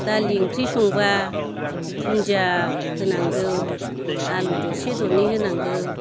दालि ओंख्रि संबा दुन्दिया होनांगौ आलु दरसे दरनै होनांगौ